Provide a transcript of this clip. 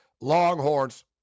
Longhorns